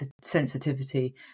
sensitivity